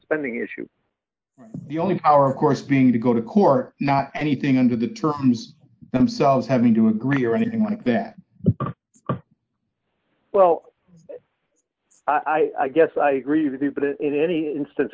spending issue the only power of course being to go to court not anything under the terms themselves having to agree or anything like that well i guess i agree that it but it in any instance